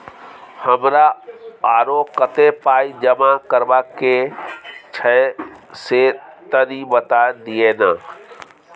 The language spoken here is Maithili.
हमरा आरो कत्ते पाई जमा करबा के छै से तनी बता दिय न?